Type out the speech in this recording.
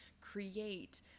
create